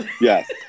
Yes